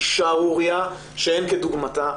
היא שערורייה שאין כדוגמתה,